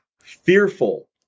fearful